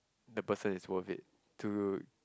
the person is worth it to